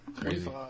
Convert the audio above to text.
Crazy